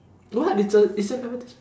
what it's a it's an advertise~